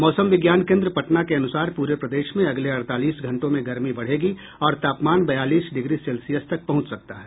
मौसम विज्ञान केंद्र पटना के अनुसार पूरे प्रदेश में अगले अड़तालीस घंटों में गर्मी बढ़ेगी और तापमान बयालीस डिग्री सेल्सियस तक पहुंच सकता है